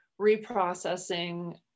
reprocessing